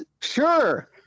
Sure